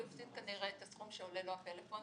הוא הפסיד כנראה את הסכום שעולה לו הפלאפון,